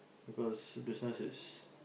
because business is